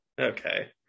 Okay